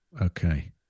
Okay